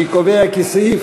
אני קובע כי סעיף